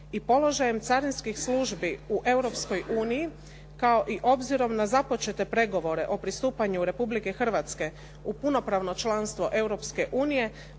i položajem carinskih službi u Europskoj uniji kao i obzirom na započete pregovore o pristupanju Republike Hrvatske u punopravno članstvo